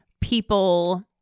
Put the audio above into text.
people